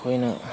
ꯑꯩꯈꯣꯏꯅ